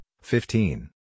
fifteen